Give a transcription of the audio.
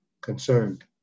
concerned